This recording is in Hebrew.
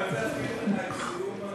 אז אם הדיון היה